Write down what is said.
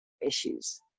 issues